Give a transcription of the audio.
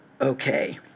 okay